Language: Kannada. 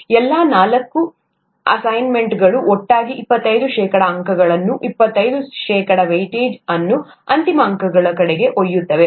ಎಲ್ಲಾ ನಾಲ್ಕು ಅಸೈನ್ಮೆಂಟ್ಗಳು ಒಟ್ಟಾಗಿ ಇಪ್ಪತ್ತೈದು ಶೇಕಡಾ ಅಂಕಗಳನ್ನು ಇಪ್ಪತ್ತೈದು ಶೇಕಡಾ ವೆಯಿಟೇಜ್ ಅನ್ನು ಅಂತಿಮ ಅಂಕಗಳ ಕಡೆಗೆ ಒಯ್ಯುತ್ತವೆ